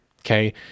Okay